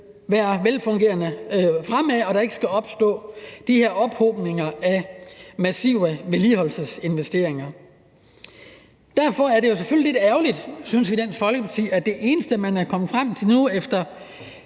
være velfungerende fremover, og der ikke skal opstå de her ophobninger i forbindelse med massive vedligeholdelsesinvesteringer. Derfor er det jo selvfølgelig lidt ærgerligt – synes vi i Dansk Folkeparti – at det eneste, man er kommet frem til nu efter